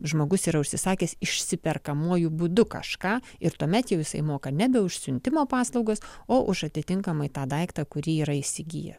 žmogus yra užsisakęs išsiperkamuoju būdu kažką ir tuomet jau jisai moka nebe už siuntimo paslaugas o už atitinkamai tą daiktą kurį yra įsigijęs